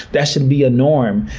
that should be a norm,